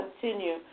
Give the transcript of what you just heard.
continue